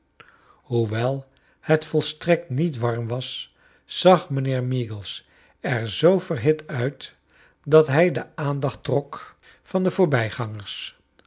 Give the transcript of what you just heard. hoewel het volstrekfc niet warm as zag mijnheer meagles er zoo verhit uit dat hij de aandaeht trok van de voorbij